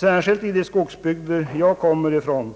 Särskilt i de skogsbygder som jag kommer ifrån